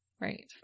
Right